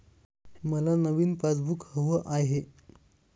मला नवीन पासबुक हवं आहे